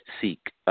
seek